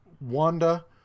Wanda